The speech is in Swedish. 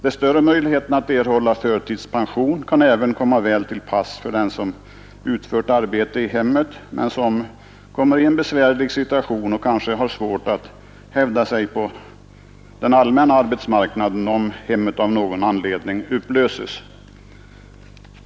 De större möjligheterna att erhålla förtidspension kan även komma väl till pass för den som utfört arbete i hemmet men som råkar i en besvärlig situation och kanske har svårt att hävda sig på den allmänna arbetsmarknaden, om hemmet av någon anledning upplöses.